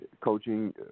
Coaching